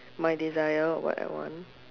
my desire of what I want